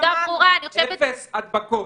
אפס הדבקות.